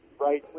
right